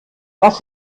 dass